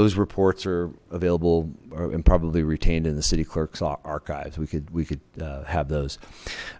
those reports are available and probably retained in the city clerk saw archives we could we could have those